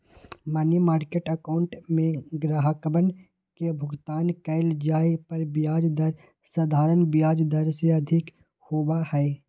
money market account में ग्राहकवन के भुगतान कइल जाये पर ब्याज दर साधारण ब्याज दर से अधिक होबा हई